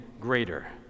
greater